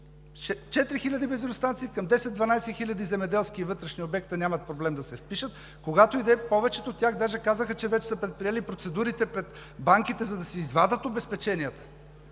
хиляди бензиностанции, към 10 – 12 хиляди земеделски и вътрешни обекти нямат проблем да се впишат, когато и да е. Повечето от тях даже казаха, че вече са предприели процедури пред банките, за да си извадят обезпеченията,